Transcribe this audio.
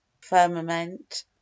firmament